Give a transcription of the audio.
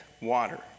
water